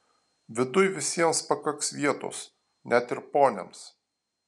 viduj visiems pakaks vietos net ir poniams